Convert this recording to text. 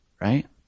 Right